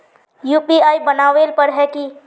UPI बनावेल पर है की?